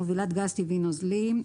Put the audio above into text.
"מובילת גז טבעי נוזלי,